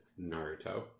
Naruto